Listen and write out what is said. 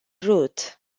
route